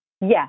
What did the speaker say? Yes